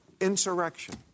insurrection